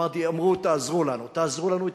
אמרו: תעזרו לנו, תעזרו לנו.